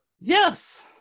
Yes